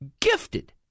gifted